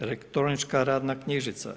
Elektronička radna knjižnica?